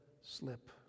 slip